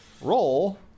roll